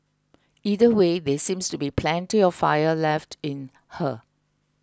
either way there seems to be plenty of fire left in her